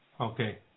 Okay